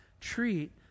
treat